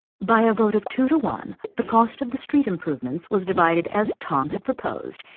by a vote of two to one, the cost of the street improvements was divided as tom had proposed,